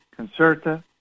Concerta